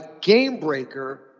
game-breaker